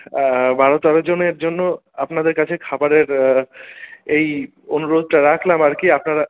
বারো তেরো জনের জন্য আপনাদের কাছে খাবারের এই অনুরোধটা রাখলাম আর কি আপনারা